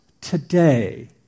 today